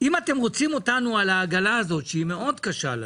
אם אתם רוצים אותנו על העגלה הזאת שהיא מאוד קשה לנו,